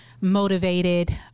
Motivated